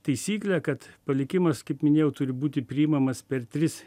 taisyklė kad palikimas kaip minėjau turi būti priimamas per tris